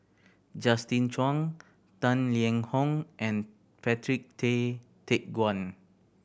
Justin Zhuang Tang Liang Hong and Patrick Tay Teck Guan